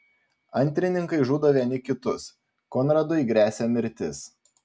antrininkai žudo vieni kitus konradui gresia mirtis